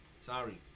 sorry